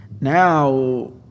Now